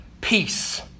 peace